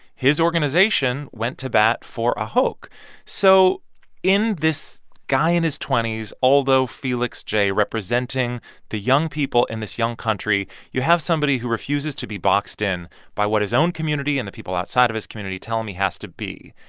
his organization went to bat for ahok. so in this guy in his twenty s, alldo fellix j, representing the young people in this young country, you have somebody who refuses to be boxed in by what his own community and the people outside of his community tell me has to be.